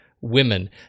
women